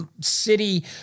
city